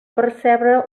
percebre